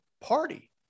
party